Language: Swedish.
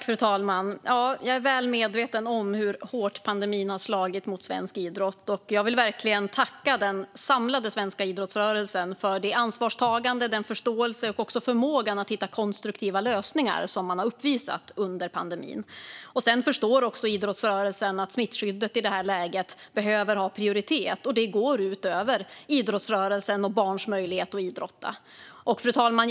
Fru talman! Jag är väl medveten om hur hårt pandemin har slagit mot svensk idrott, och jag vill verkligen tacka den samlade svenska idrottsrörelsen för det ansvarstagande, den förståelse och den förmåga att hitta konstruktiva lösningar som man har uppvisat under pandemin. Idrottsrörelsen förstår också att smittskyddet i det här läget behöver ha prioritet och att det går ut över idrottsrörelsen och barns möjlighet att idrotta. Fru talman!